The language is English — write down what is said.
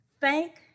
thank